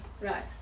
Right